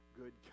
good